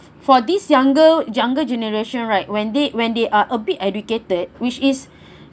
for these younger younger generation right when they when they are a bit educated which is